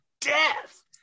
death